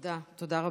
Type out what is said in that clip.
תודה, תודה רבה.